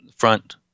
front